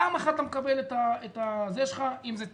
פעם אחת אתה מקבל אם זה לצמיתות,